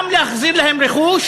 גם להחזיר להם רכוש,